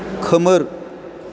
खोमोर